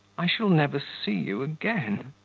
i shall never see you again!